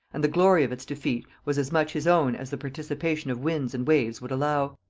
and the glory of its defeat was as much his own as the participation of winds and waves would allow.